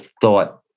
thought